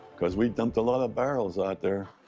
cause we dumped a lot of barrels out there.